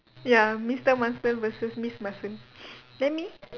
ya mister muscle versus miss muscle then me